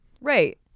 Right